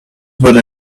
what